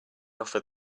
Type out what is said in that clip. offered